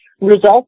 Results